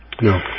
no